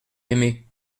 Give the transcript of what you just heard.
aimer